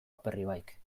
aperribaik